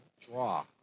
draw